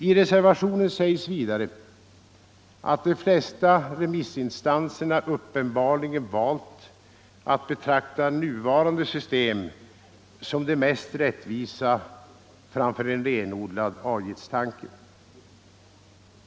I reservationen 1 sägs vidare, att de flesta remissinstanserna uppenbarligen valt att betrakta nuvarande system som det mest rättvisa framför en renodlad avgiftstanke.